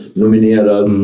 nominerad